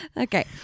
Okay